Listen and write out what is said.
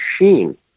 machine